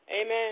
Amen